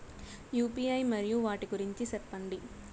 UPI మరియు వాటి గురించి సెప్పండి?